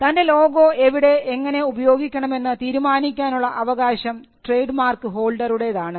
തൻറെ ലോഗോ എവിടെ എങ്ങനെ ഉപയോഗിക്കണം എന്ന് തീരുമാനിക്കാനുള്ള അവകാശം ട്രേഡ്മാർക്ക് ഹോൾഡറുടേതാണ്